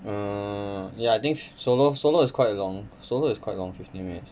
err ya think solo solo is quite long solo is quite long fifteen minutes